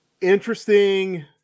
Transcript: Interesting